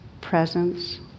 presence